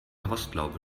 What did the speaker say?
rostlaube